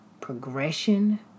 progression